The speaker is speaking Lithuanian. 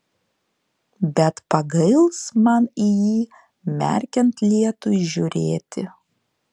bet pagails man į jį merkiant lietui žiūrėti